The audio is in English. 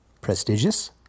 Prestigious